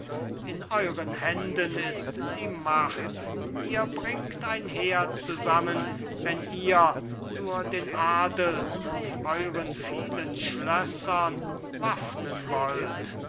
in euren händen ist die macht ihr bringt ein heer zusammen wenn ihr nur den adel auf euren vielen schlössern waffnen wollt